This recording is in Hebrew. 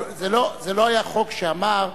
אבל זה לא היה חוק שאמר: